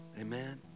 amen